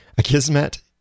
akismet